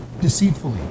deceitfully